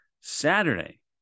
Saturday